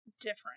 different